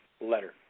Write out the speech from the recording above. letter